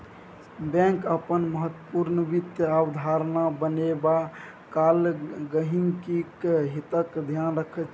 bank अपन महत्वपूर्ण वित्त अवधारणा बनेबा काल गहिंकीक हितक ध्यान रखैत छै